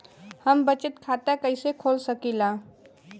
हम बचत खाता कईसे खोल सकिला?